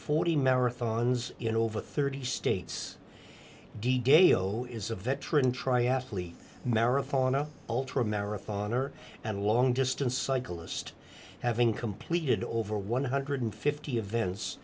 forty marathons in over thirty states de gale is a veteran triathlete marathon a ultra marathoner and long distance cyclist having completed over one hundred and fifty events